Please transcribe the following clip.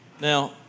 Now